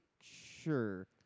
sure